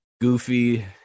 goofy